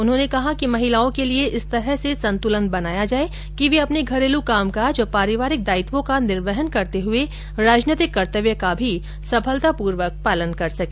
उन्होंने कहा कि महिलाओं के लिए इस तरह से संतुलन बनाया जाए कि वे अपने घरेलू कामकाज और पारिवारिक दायित्वों का निर्वहन करते हुए राजनैतिक कर्तव्य का भी सफलतापूर्वक पालन कर सके